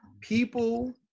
people